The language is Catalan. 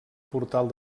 portal